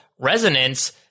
resonance